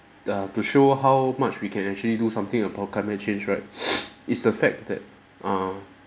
ya to show how much we can actually do something about climate change right is the fact that err